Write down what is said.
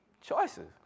Choices